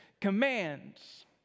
commands